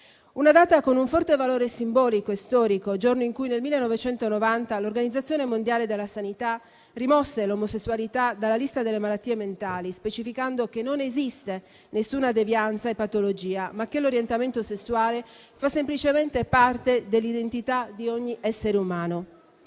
una data con un forte valore simbolico e storico: è il giorno in cui, nel 1990, l'Organizzazione mondiale della sanità rimosse l'omosessualità dalla lista delle malattie mentali, specificando che non esiste nessuna devianza e patologia, ma che l'orientamento sessuale fa semplicemente parte dell'identità di ogni essere umano.